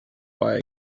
why